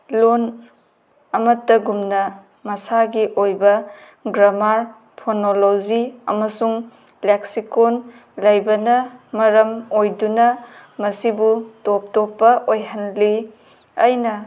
ꯂꯣꯟ ꯑꯃꯠꯇꯒꯨꯝꯅ ꯃꯁꯥꯒꯤ ꯑꯣꯏꯕ ꯒ꯭ꯔꯃꯥꯔ ꯐꯣꯅꯣꯂꯣꯖꯤ ꯑꯃꯁꯨꯡ ꯂꯦꯛꯁꯤꯀꯣꯟ ꯂꯩꯕꯅ ꯃꯔꯝ ꯑꯣꯏꯗꯨꯅ ꯃꯁꯤꯕꯨ ꯇꯣꯞ ꯇꯣꯞꯄ ꯑꯣꯏꯍꯜꯂꯤ ꯑꯩꯅ